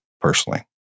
personally